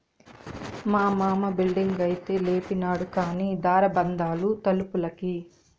మా మామ బిల్డింగైతే లేపినాడు కానీ దార బందాలు తలుపులకి